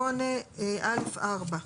8(א)(4).